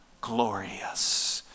glorious